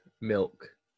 milk